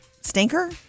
stinker